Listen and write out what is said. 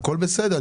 הכול בסדר.